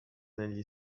negli